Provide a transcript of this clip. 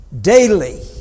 daily